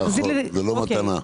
זאת לא מתנה.